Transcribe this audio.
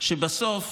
שבסוף